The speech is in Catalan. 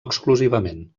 exclusivament